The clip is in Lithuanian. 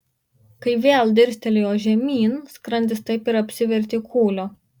kai vėl dirstelėjo žemyn skrandis taip ir apsivertė kūlio